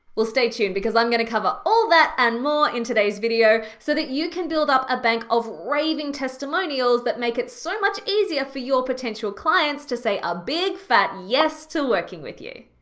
well stay tuned, because i'm gonna cover all that and more in today's video so that you can build up a bank of raving testimonials that make it so much easier for your potential clients to say a big fat yes to working with you.